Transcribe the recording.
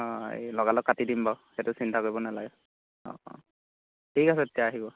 অঁ এই লগা লগ কাটি দিম বাৰু সেইটো চিন্তা কৰিব নালাগে অঁ অঁ ঠিক আছে তেতিয়া আহিব